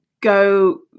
go